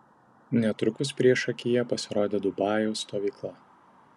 netrukus priešakyje pasirodė dubajaus stovykla